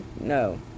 No